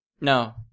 No